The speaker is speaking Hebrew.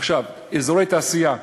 עכשיו, אזורי תעשייה,